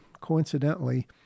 coincidentally